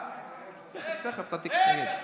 סבלנות.